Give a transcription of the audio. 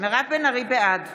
רם בן ברק, בעד